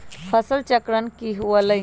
फसल चक्रण की हुआ लाई?